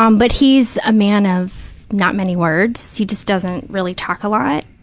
um but he's a man of not many words. he just doesn't really talk a lot.